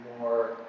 more